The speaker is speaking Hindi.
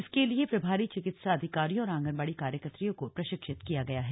इसके लिए प्रभारी चिकित्सा अधिकारियों और आंगनबाड़ी कार्यकत्रियों को प्रशिक्षित किया गया है